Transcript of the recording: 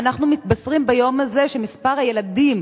ואנחנו מתבשרים ביום הזה שמספר הילדים